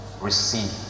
receive